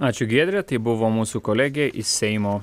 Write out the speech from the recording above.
ačiū giedre tai buvo mūsų kolegė iš seimo